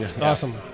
Awesome